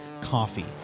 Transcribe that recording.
coffee